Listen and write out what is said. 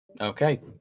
Okay